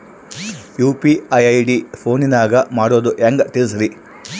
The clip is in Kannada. ಯು.ಪಿ.ಐ ಐ.ಡಿ ಫೋನಿನಾಗ ಮಾಡೋದು ಹೆಂಗ ತಿಳಿಸ್ರಿ?